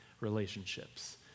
relationships